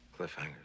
cliffhangers